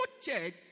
church